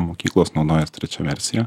mokyklos naudojas trečia versija